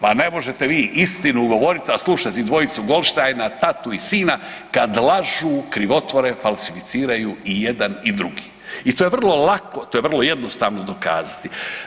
Pa ne možete vi istinu govoriti, a slušati dvojicu Goldsteina tatu i sina kad lažu, krivotvore, falsificiraju i jedan i drugi i to je vrlo lako, to je vrlo jednostavno dokazati.